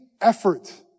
effort